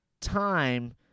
time